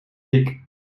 dik